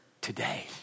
today